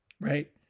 right